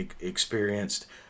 experienced